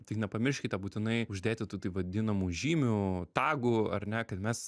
tik nepamirškite būtinai uždėti tų taip vadinamų žymių tagų ar ne kad mes